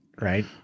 Right